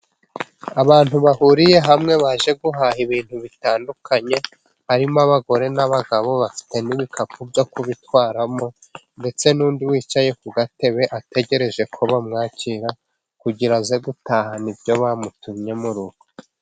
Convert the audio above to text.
Abantu bahuriye hamwe baje guhaha ibintu bitandukanye , harimo abagore n'abagabo bafite n'ibikapu byo kubitwaramo. Ndetse n'undi wicyaye ku gatebe ategereje ko bamwakira kugira aze gutahana nibyo bamutumye murugo.